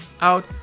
out